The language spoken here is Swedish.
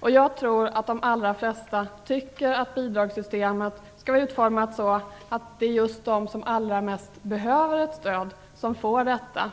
Och jag tror att de allra flesta tycker att bidragssystemet skall vara utformat så att det är just de som allra mest behöver stöd som får detta,